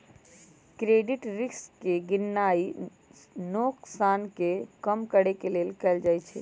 credit risk के गीणनाइ नोकसान के कम करेके लेल कएल जाइ छइ